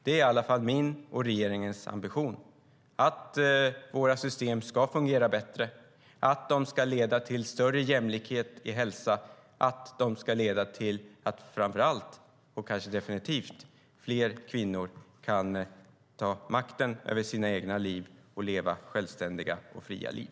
Det är i alla fall min och regeringens ambition: att våra system ska fungera bättre, att de ska leda till större jämlikhet i hälsa och framför allt och definitivt att de ska leda till att fler kvinnor kan ta makten över sina egna liv och leva självständiga och fria liv.